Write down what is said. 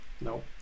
No